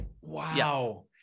Wow